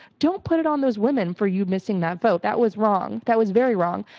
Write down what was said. don't put it on those women for you missing that vote. that was wrong. that was very wrong,